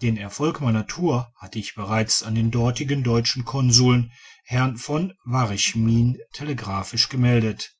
den erfolg meiner tour hatte ich bereits an den dortigen deutschen konsul herrn v varchmin telegraphisch gemeldet